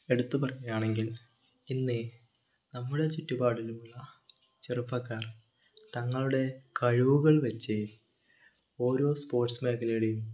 എടുത്ത് പറയുകയാണെങ്കിൽ ഇന്ന് നമ്മുടെ ചുറ്റുപാടിലും ഉള്ള ചെറുപ്പക്കാർ തങ്ങളുടെ കഴിവുകൾ വച്ച് ഓരോ സ്പോർട്സ് മേഖലയുടേയും